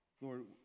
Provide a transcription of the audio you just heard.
Lord